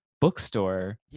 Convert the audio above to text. bookstore